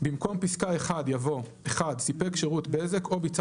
במקום פסקה (1) יבוא: "(1)סיפק שירות בזק או ביצע